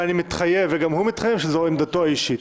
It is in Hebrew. ואני מתחייב וגם הוא מתחייב שזו עמדתו האישית.